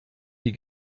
die